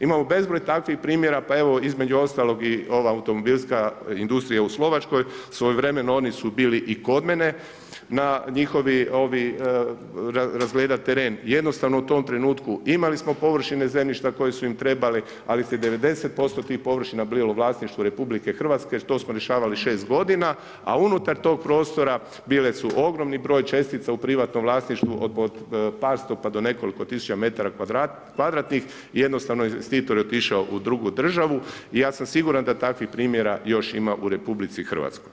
Imamo bezbroj takvih primjera pa evo između ostalog i ova automobilska industrija u Slovačkoj svojevremeno oni su bili i kod mene razgledat teren, jednostavno u tom trenutku imali smo površine zemljišta koje su im trebali, ali su 90% tih površina bilo u vlasništvu RH, to smo rješavali šest godina, a unutar tog prostora bili su ogromni broj čestica u privatnom vlasništvu od par sto pa do nekoliko tisuća metara kvadratnih i jednostavno investitor je otišao u drugu državu i ja sam siguran da takvih primjera još ima u RH.